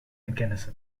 mechanism